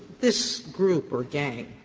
this group or gang,